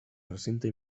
recinte